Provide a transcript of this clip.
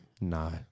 No